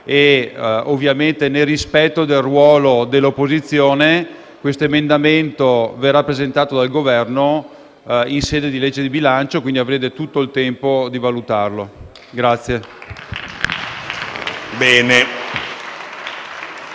ovviamente nel rispetto del ruolo dell'opposizione, l'emendamento verrà presentato dal Governo in sede di legge di bilancio e quindi avrete tutto il tempo di valutarlo.